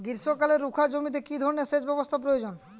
গ্রীষ্মকালে রুখা জমিতে কি ধরনের সেচ ব্যবস্থা প্রয়োজন?